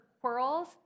quarrels